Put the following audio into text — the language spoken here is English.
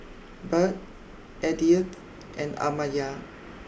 Budd Edythe and Amaya